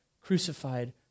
crucified